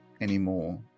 anymore